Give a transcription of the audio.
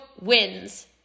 wins